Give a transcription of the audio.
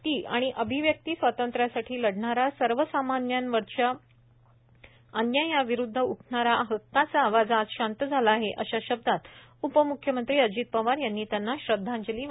व्यक्ती आणि अभिव्यक्ती स्वातंत्र्यासाठी लढणारा सर्वसामान्यांवरच्या अन्यायाविरुद्ध उठणारा हक्काचा आवाज आज शांत झाला आहे अशा शब्दात उपम्ख्यमंत्री अजित पवार यांनी त्यांना श्रद्वांजली वाहिली